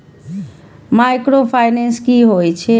Micro finance कि होई छै?